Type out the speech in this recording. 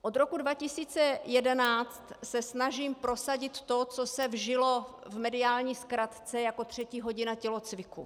Od roku 2011 se snažím prosadit to, co se vžilo v mediální zkratce jako třetí hodina tělocviku.